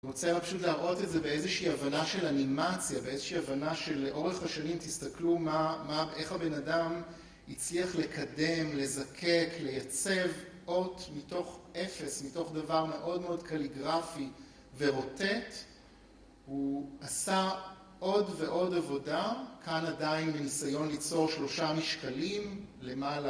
אני רוצה פשוט להראות את זה באיזושהי הבנה של אנימציה, באיזושהי הבנה שלאורך השנים, תסתכלו איך הבן אדם הצליח לקדם, לזקק, לייצב אות מתוך אפס, מתוך דבר מאוד מאוד קליגרפי, ורוטט, הוא עשה עוד ועוד עבודה, כאן עדיין בניסיון ליצור שלושה משקלים, למעלה,